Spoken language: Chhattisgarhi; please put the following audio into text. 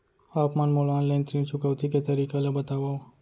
आप मन मोला ऑनलाइन ऋण चुकौती के तरीका ल बतावव?